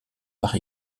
par